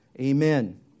Amen